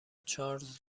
چارلز